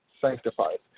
sanctified